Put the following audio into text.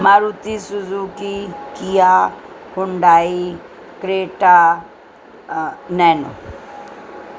Maruti Suzuki Kia Hyundai Creta Nano